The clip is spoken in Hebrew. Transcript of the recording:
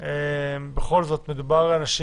בכל זאת, מדובר באנשים